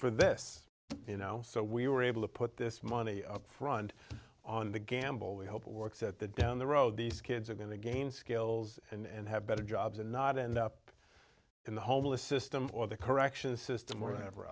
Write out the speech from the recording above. for this you know so we were able to put this money up front on the gamble we hope it works at the down the road these kids are going to gain skills and have better jobs and not end up in the homeless system or the corrections system or whatever